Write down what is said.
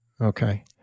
Okay